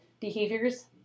behaviors